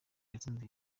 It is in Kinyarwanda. gatsinzi